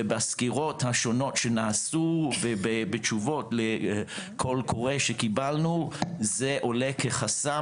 ובסקירות השונות שנעשו ובתשובות לקול קורא שקיבלנו זה עולה כחסם,